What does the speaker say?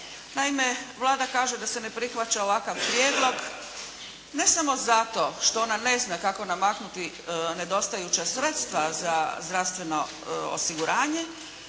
Naime, Vlada kaže da se ne prihvaća ovakav prijedlog ne samo zato što ona ne zna kako namaknuti nedostajuća sredstva za zdravstveno osiguranje,